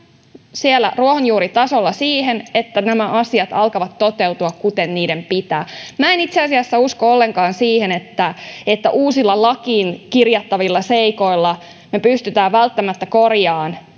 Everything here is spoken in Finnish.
siellä ruohonjuuritasolla siihen että nämä asiat alkavat toteutua kuten niiden pitää minä en itse asiassa usko ollenkaan siihen että että uusilla lakiin kirjattavilla seikoilla me pystymme välttämättä korjaamaan